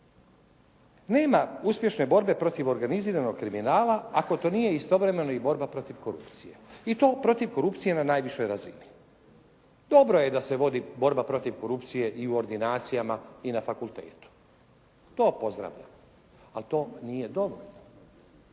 Nema uspješne borbe protiv organiziranog kriminala ako to nije istovremeno i borba protiv korupcije. I to protiv korupcije na najvišoj razini. Dobro je da se vodi borba protiv korupcije i u ordinacijama i na fakultetu. To pozdravljamo ali to nije dobro.